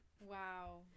wow